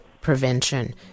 prevention